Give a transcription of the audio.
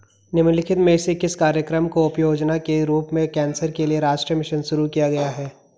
निम्नलिखित में से किस कार्यक्रम को उपयोजना के रूप में कैंसर के लिए राष्ट्रीय मिशन शुरू किया गया है?